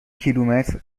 کیلومتر